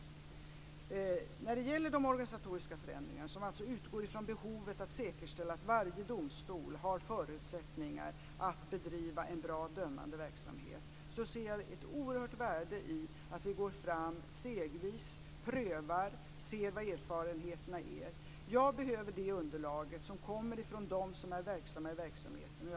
När det gäller de organisatoriska förändringarna, som alltså utgår från behovet att säkerställa att varje domstol har förutsättningar att bedriva en bra dömande verksamhet, ser jag ett oerhört stort värde i att vi går fram stegvis, prövar, ser vad erfarenheterna ger. Jag behöver det underlaget som kommer från dem som är verksamma i denna verksamhet.